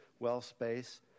WellSpace